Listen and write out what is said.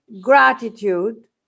Gratitude